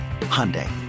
Hyundai